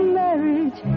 marriage